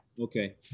okay